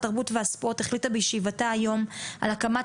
התרבות והספורט החליטה בישיבתה היום על הקמת